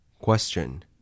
Question